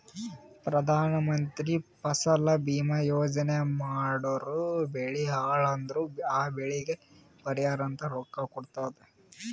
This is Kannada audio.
ಪ್ರಧಾನ ಮಂತ್ರಿ ಫಸಲ ಭೀಮಾ ಯೋಜನಾ ಮಾಡುರ್ ಬೆಳಿ ಹಾಳ್ ಅದುರ್ ಆ ಬೆಳಿಗ್ ಪರಿಹಾರ ಅಂತ ರೊಕ್ಕಾ ಕೊಡ್ತುದ್